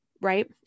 right